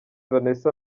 vanessa